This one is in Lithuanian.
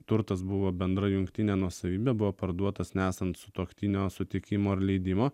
turtas buvo bendra jungtinė nuosavybė buvo parduotas nesant sutuoktinio sutikimo ar leidimo